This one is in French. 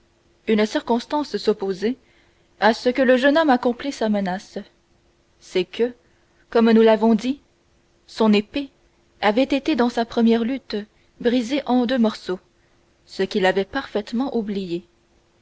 une circonstance s'opposait à ce que le jeune homme accomplît sa menace c'est que comme nous l'avons dit son épée avait été dans sa première lutte brisée en deux morceaux ce qu'il avait parfaitement oublié